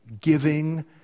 giving